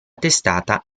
testata